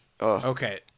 Okay